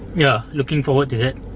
yeah looking forward to that.